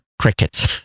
crickets